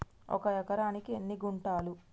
ఒక ఎకరానికి ఎన్ని గుంటలు?